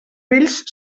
vells